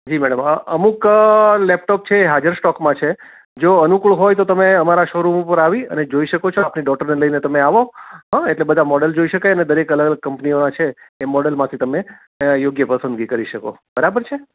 જી બરાબર અમુક લેપટોપ છે એ હાજર સ્ટોકમાં છે જો અનુકૂળ હોય તો તમે અમારા શો રૂમ ઉપર આવી અને જોઈ શકો છો આપની ડોટરને લઈને આવો હં એટલે બધા મોડલ જોઈ શકાય ને દરેક અલગ અલગ કંપનીઓના છે એ મોડલમાંથી તમે યોગ્ય પસંદગી કરી શકો બરાબર છે